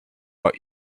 but